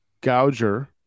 Gouger